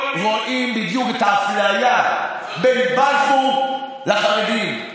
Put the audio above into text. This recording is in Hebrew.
רואים בדיוק את האפליה בין בלפור לחרדים,